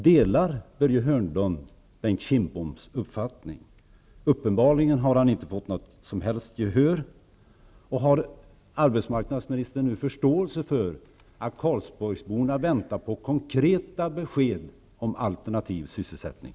Delar Börje Hörnlund Bengt Kindboms uppfattning? Uppenbarligen har han inte fått något som helst gehör. Har arbetsmarknadsministern nu förståelse för att karlsborgsborna väntar på konkreta besked om alternativ sysselsättning?